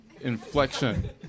inflection